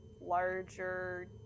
larger